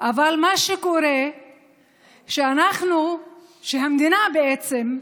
אבל מה שקורה הוא שאנחנו, שהמדינה בעצם,